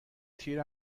تیر